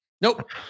Nope